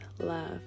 love